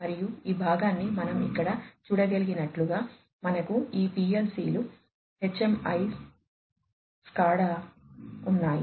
మరియు ఈ భాగాన్ని మనం ఇక్కడ చూడగలిగినట్లుగా మనకు ఈ PLCS HMIS SCADA ఉన్నాయి